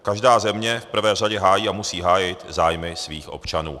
Každá země v prvé řadě hájí a musí hájit zájmy svých občanů.